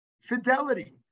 Fidelity